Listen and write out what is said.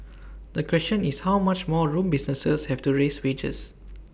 the question is how much more room businesses have to raise wages